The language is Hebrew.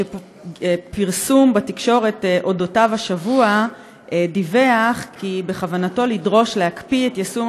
שפרסום בתקשורת השבוע דיווח כי בכוונתו לדרוש להקפיא את יישום